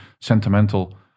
sentimental